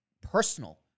personal